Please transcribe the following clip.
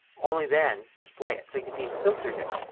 only then, display it. so you can see it filters it.